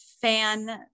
fan